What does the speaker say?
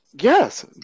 Yes